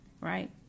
right